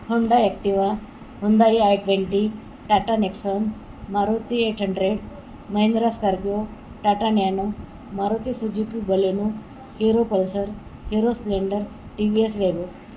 Honda Activa Hyundai i twenty Tata Nexon Maruti eight hundred Mahindra Scorpio Tata Nano Maruti Suzuki Baleno Hero Pulsar Hero Splendor T V S वेगो